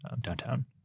downtown